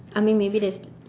I mean maybe there's